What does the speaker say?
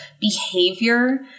behavior